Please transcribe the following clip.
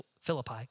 Philippi